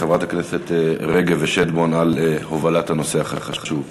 חברי הכנסת רגב ושטבון, על הובלת הנושא החשוב.